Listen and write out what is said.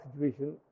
situation